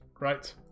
right